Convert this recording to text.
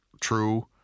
true